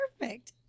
perfect